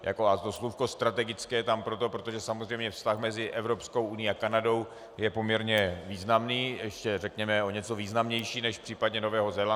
To slůvko strategické je tam proto, protože samozřejmě vztah mezi Evropskou unií a Kanadou je poměrně významný, řekněme o něco významnější než v případě Nového Zélandu.